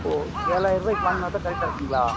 ஓ ஏழாயிர ரூபாய்க்கு வாங்கினாதான் கரெக்டாக இருக்கும்களா